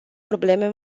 probleme